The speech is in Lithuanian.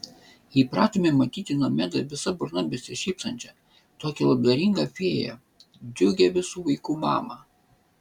įpratome matyti nomedą visa burna besišypsančią tokią labdaringą fėją džiugią visų vaikų mamą